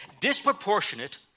disproportionate